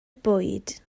bwyd